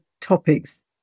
topics